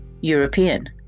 European